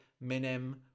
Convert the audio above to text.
minim